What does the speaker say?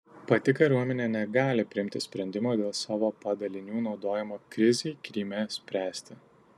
pati kariuomenė negali priimti sprendimo dėl savo padalinių naudojimo krizei kryme spręsti